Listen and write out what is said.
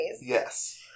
Yes